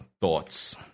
thoughts